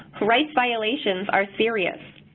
rights violations are serious.